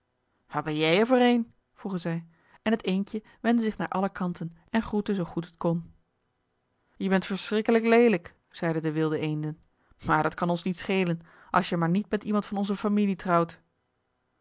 wat ben jij er voor een vroegen zij en het eendje wendde zich naar alle kanten en groette zoo goed het kon je bent verschrikkelijk leelijk zeiden de wilde eenden maar dat kan ons niet schelen als je maar niet met iemand van onze familie trouwt